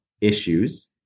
issues